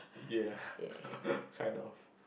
yeah I know